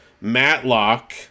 Matlock